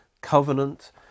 covenant